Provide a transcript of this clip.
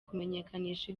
kumenyekanisha